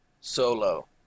solo